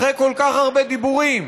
אחרי כל כך הרבה דיבורים,